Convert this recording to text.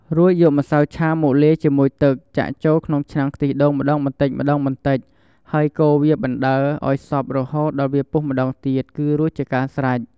រួចយកម្សៅឆាមកលាយជាមួយទឹក ចាក់ចូលក្នុងឆ្នាំងខ្ទិះដូងម្ដងបន្តិចៗ ហើយកូរវាបណ្ដើរឱ្យសព្វរហូតដល់វាពុះម្ដងទៀតគឺរួចជាការស្រេច។